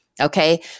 Okay